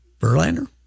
Verlander